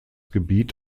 gebiet